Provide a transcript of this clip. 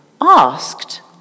asked